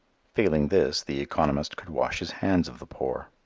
failing this the economist could wash his hands of the poor.